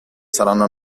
saranno